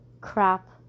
crap